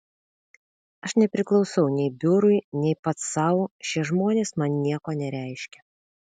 aš nepriklausau nei biurui nei pats sau šie žmonės man nieko nereiškia